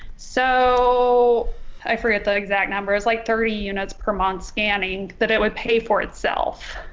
so i forget the exact numbers like thirty units per month scanning that it would pay for itself